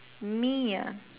me ah